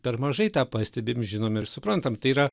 per mažai tą pastebim žinom ir suprantam tai yra